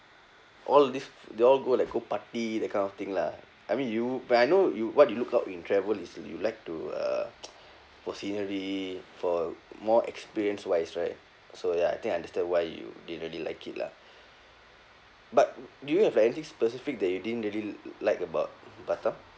all this they all go like go party that kind of thing lah I mean you but I know you what you look out in travel is you like to uh for scenery for more experience wise right so ya I think I understand why you didn't really like it lah but do you have like anything specific that you didn't really like about batam